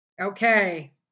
Okay